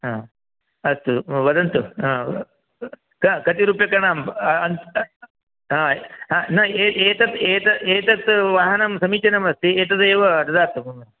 अस्तु वदन्तु क कतिरूप्यकाणां न ए एतत् एतत् एतत् वाहनं समीचीनमस्ति एतत् एव ददातु